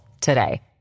today